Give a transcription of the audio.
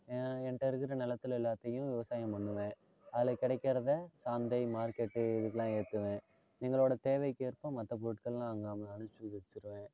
ஏன என்கிட்ட இருக்கிற நிலத்துல எல்லாத்தையும் விவசாயம் பண்ணுவேன் அதில் கிடைக்கிறத சந்தை மார்க்கெட்டு இதுக்குலாம் ஏற்றுவேன் எங்களோட தேவைக்கேற்ப மற்ற பொருட்கள்லாம் அங்கே அ அனுப்பிச்சு வச்சிடுவேன்